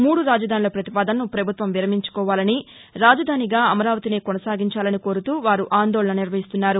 మూడు రాజధానుల ప్రతిపాదనను ప్రభుత్వం విరమించుకోవాలని రాజధానిగా అమరావతినే కొనసాగించాలని కోరుతూ వారు ఆందోళన నిర్వహిస్తున్నారు